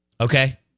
Okay